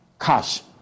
Cash